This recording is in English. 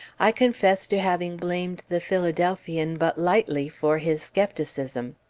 i confess to having blamed the philadelphian but lightly for his skepticism.